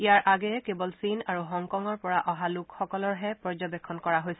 ইয়াৰ আগেয়ে কেৱল চীন আৰু হংকঙৰ পৰা অহা লোকসকলৰহে পৰ্যবেক্ষণ কৰোৱা হৈছিল